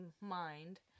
mind